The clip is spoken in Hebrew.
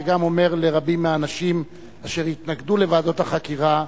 וגם אומר לרבים מהאנשים אשר התנגדו לוועדות החקירה,